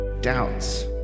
doubts